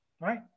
right